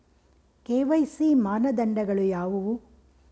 KYC ಮಾನದಂಡಗಳು ಯಾವುವು?